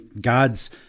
God's